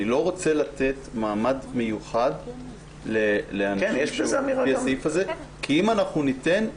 אני לא רוצה לתת מעמד מיוחד לפי הסעיף הזה כי אם אנחנו ניתן,